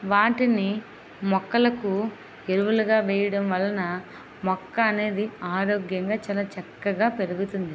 వాటిని మొక్కలకు ఎరువులుగా వేయడం వలన మొక్క అనేది ఆరోగ్యంగా చాలా చక్కగా పెరుగుతుంది